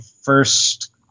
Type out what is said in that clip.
first